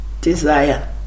desire